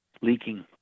leaking